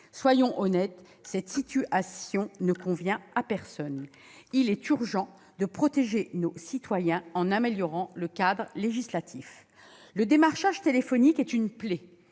Soyons honnêtes, cette situation ne convient à personne. Il est urgent de protéger nos concitoyens en améliorant le cadre législatif. Le démarchage téléphonique est une plaie-